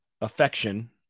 affection